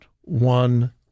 one